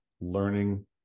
learning